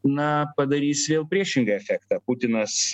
na padarys vėl priešingą efektą putinas